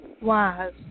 wise